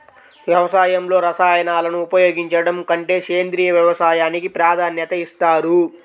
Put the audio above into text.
వ్యవసాయంలో రసాయనాలను ఉపయోగించడం కంటే సేంద్రియ వ్యవసాయానికి ప్రాధాన్యత ఇస్తారు